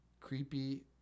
creepy